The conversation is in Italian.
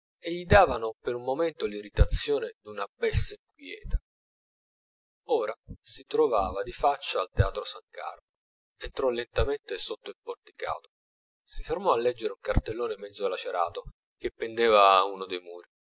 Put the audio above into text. che gli davano per un momento l'irritazione d'una bestia inquieta ora si trovava di faccia al teatro s carlo entrò lentamente sotto il porticato si fermò a leggere un cartellone mezzo lacerato che pendeva a uno de muri